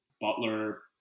Butler